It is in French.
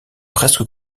presque